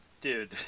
dude